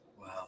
Wow